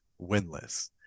winless